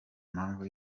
mpamvu